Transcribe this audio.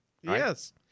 Yes